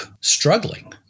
Struggling